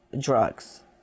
drugs